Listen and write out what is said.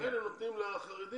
לכן הם נותנים להם